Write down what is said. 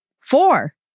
Four